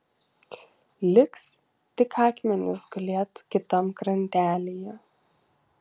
liks tik akmenys gulėt kitam krantelyje